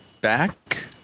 back